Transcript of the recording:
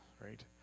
right